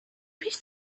پیش